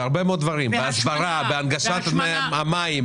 בהרבה מאוד דברים בהסברה, בהנגשת המים.